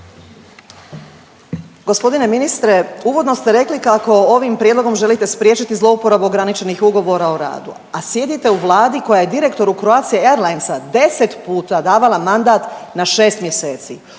Gospodine ministre, uvodno ste rekli kako ovim prijedlogom želite spriječiti zlouporabu ograničenih ugovora o radu, a sjedite u vladi koja je direktoru Croatia airlinesa 10 puta davala mandat na 6 mjeseci.